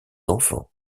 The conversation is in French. enfants